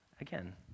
Again